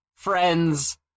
Friends